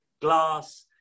glass